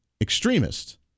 extremist